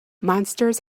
monsters